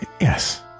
Yes